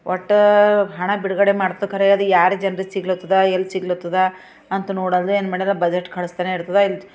ಒಟ್ಟು ಹಣ ಬಿಡುಗಡೆ ಮಾಡಿತು ಖರೆ ಅದು ಯಾರು ಜನ್ರಿಗೆ ಸಿಗ್ಲತ್ತದ ಎಲ್ಲಿ ಸಿಗ್ಲತ್ತದ ಅಂತ ನೋಡಲ್ದು ಏನು ಮಾಡ್ಯಾರ ಬಜೆಟ್ ಕಳಿಸ್ತಾನೇ ಇರ್ತದ